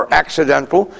accidental